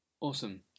awesome